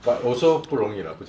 but also 不容易 lah 不简单 lah